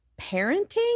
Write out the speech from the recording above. parenting